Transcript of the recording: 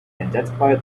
identify